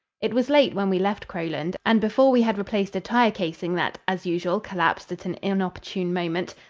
it was late when we left crowland, and before we had replaced a tire casing that, as usual, collapsed at an inopportune moment,